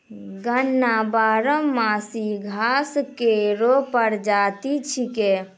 गन्ना बारहमासी घास केरो प्रजाति छिकै